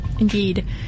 indeed